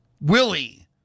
Willie